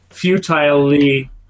futilely